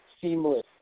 seamless